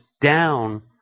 down